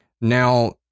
Now